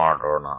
આ વર્તુળ